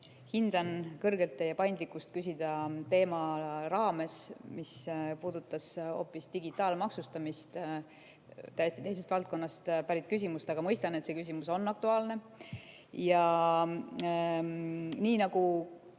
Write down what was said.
Hindan kõrgelt teie paindlikkust küsida teema raames, mis puudutab hoopis digitaalmaksustamist – täiesti teisest valdkonnast pärit küsimus –, aga mõistan, et see küsimus on aktuaalne. Ja nii nagu